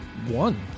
One